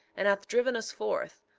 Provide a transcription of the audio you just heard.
and hast driven us forth,